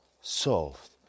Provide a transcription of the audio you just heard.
solved